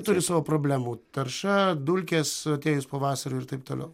turi savo problemų tarša dulkės atėjus pavasariui ir taip toliau